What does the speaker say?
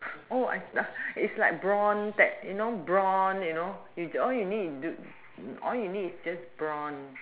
oh I is like brawn the you know brawn you know you all you need all you need is just brawn